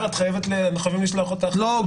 אבל